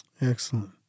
Excellent